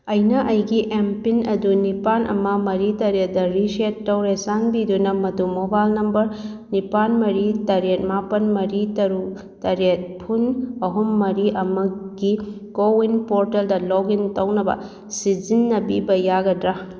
ꯑꯩꯅ ꯑꯩꯒꯤ ꯑꯦꯝꯄꯤꯟ ꯑꯗꯨ ꯅꯤꯄꯥꯟꯜ ꯑꯃ ꯃꯔꯤ ꯇꯔꯦꯠꯗ ꯔꯦꯁꯦꯠ ꯇꯧꯔꯦ ꯆꯥꯟꯕꯤꯗꯨꯅ ꯃꯗꯨ ꯃꯣꯕꯥꯏꯜ ꯅꯝꯕꯔ ꯅꯤꯄꯥꯜ ꯃꯔꯤ ꯇꯔꯦꯠ ꯃꯥꯄꯜ ꯃꯔꯤ ꯇꯔꯨꯛ ꯇꯔꯦꯠ ꯐꯨꯟ ꯑꯍꯨꯝ ꯃꯔꯤ ꯑꯃꯒꯤ ꯀꯣꯋꯤꯟ ꯄꯣꯔꯇꯦꯜꯗ ꯂꯣꯛꯏꯟ ꯇꯧꯅꯕ ꯁꯤꯖꯤꯟꯅꯕꯤꯕ ꯌꯥꯒꯗ꯭ꯔꯥ